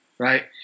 right